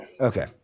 okay